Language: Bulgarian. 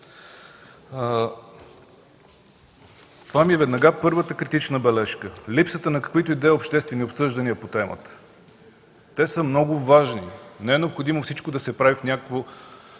Това е първата ми критична бележка – липсата на каквито и да било обществени обсъждания по темата. Те са много важни. Не е необходимо всичко да се прави в някакви